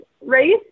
race